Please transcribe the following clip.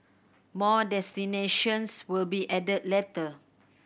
more destinations will be added later